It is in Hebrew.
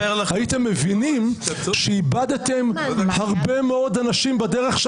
הייתם מבינים שאיבדתם הרבה מאוד אנשים בדרך,